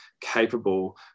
capable